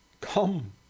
come